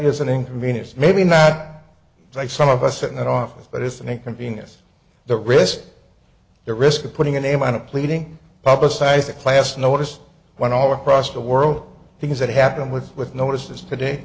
is an inconvenience maybe not like some of us in that office but it's an inconvenience the risk the risk of putting in a mine of pleading publicize a class notice when all across the world things that happen with with notices today